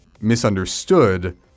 misunderstood